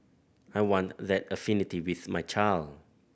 I want that affinity with my child